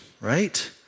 right